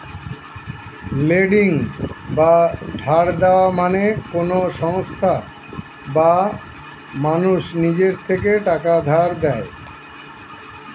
lending বা ধার দেওয়া মানে কোন সংস্থা বা মানুষ নিজের থেকে টাকা ধার দেয়